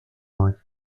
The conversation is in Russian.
мать